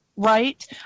right